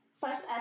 First